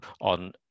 on